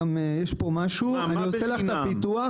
לעשות את הפיתוח